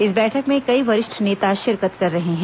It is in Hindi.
इस बैठक में कई वरिष्ठ नेता शिरकत कर रहे हैं